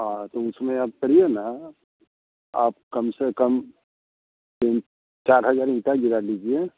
हाँ तो उसमें आप करिए ना आप कम से कम तीन चार हज़ार ईटा गिरवा लीजिए